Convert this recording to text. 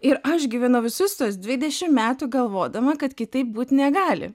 ir aš gyvenau visus tuos dvidešim metų galvodama kad kitaip būt negali